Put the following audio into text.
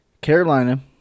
Carolina